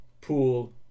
pool